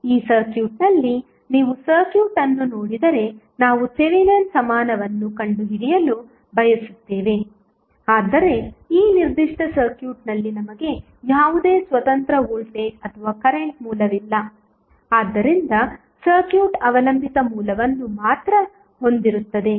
ಈ ಸರ್ಕ್ಯೂಟ್ನಲ್ಲಿ ನೀವು ಸರ್ಕ್ಯೂಟ್ ಅನ್ನು ನೋಡಿದರೆ ನಾವು ಥೆವೆನಿನ್ ಸಮಾನವನ್ನು ಕಂಡುಹಿಡಿಯಲು ಬಯಸುತ್ತೇವೆ ಆದರೆ ಈ ನಿರ್ದಿಷ್ಟ ಸರ್ಕ್ಯೂಟ್ನಲ್ಲಿ ನಮಗೆ ಯಾವುದೇ ಸ್ವತಂತ್ರ ವೋಲ್ಟೇಜ್ ಅಥವಾ ಕರೆಂಟ್ ಮೂಲವಿಲ್ಲ ಆದ್ದರಿಂದ ಸರ್ಕ್ಯೂಟ್ ಅವಲಂಬಿತ ಮೂಲವನ್ನು ಮಾತ್ರ ಹೊಂದಿರುತ್ತದೆ